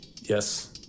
Yes